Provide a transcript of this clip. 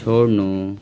छोड्नु